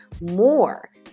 more